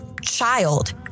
child